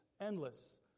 Endless